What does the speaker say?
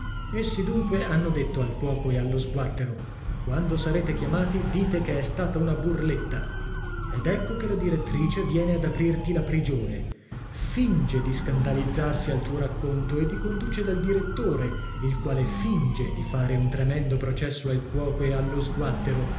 essi dunque hanno detto al cuoco e allo sguattero quando sarete chiamati dite che è stata una burletta ed ecco che la direttrice viene ad aprirti la prigione finge di scandalizzarsi al tuo racconto e ti conduce dal direttore il quale finge di fare un tremendo processo al cuoco e allo sguattero